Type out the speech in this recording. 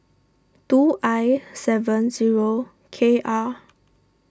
two I seven zero K R